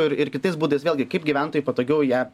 ir ir kitais būdais vėlgi kaip gyventojui patogiau ją